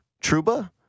Truba